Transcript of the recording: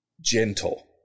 gentle